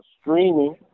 streaming